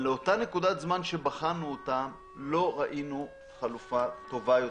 לאותה נקודת הזמן שנבחנה לא ראינו חלופה טובה יותר.